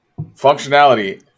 functionality